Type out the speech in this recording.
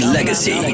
Legacy